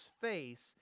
face